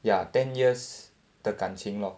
ya ten years 的感情 lor